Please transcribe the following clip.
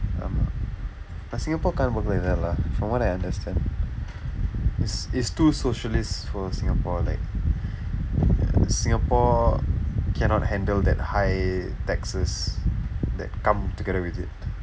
ஆமாம்:aamaam but singapore can't work like that lah from what I understand is it's too socialist for singapore like singapore cannot handle that high taxes that come together with it